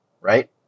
Right